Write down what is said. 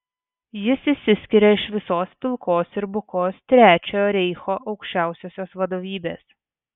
jis išsiskiria iš visos pilkos ir bukos trečiojo reicho aukščiausiosios vadovybės